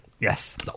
Yes